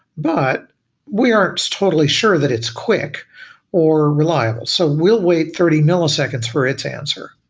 but we aren't totally sure that it's quick or reliable. so we'll wait thirty milliseconds for it to answer.